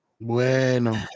Bueno